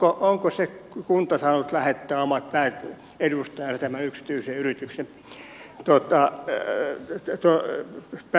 onko se kunta saanut lähettää omat pääedustajansa tämän yksityisen yrityksen päätöksentekoelimiin